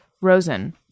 rosen